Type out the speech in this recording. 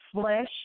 flesh